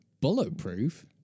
Bulletproof